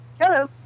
Hello